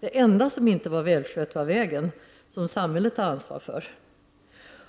Det enda som inte var välskött var vägen, som samhället har ansvar för.